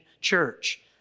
church